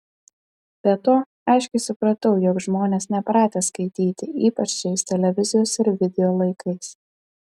be to aiškiai supratau jog žmonės nepratę skaityti ypač šiais televizijos ir video laikais